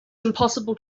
impossible